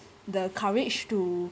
the courage to